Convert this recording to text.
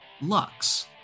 Lux